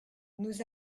nous